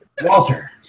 Walter